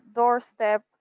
doorstep